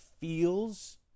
feels